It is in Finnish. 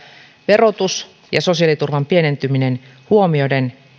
verotus ja sosiaaliturvan pienentyminen huomioiden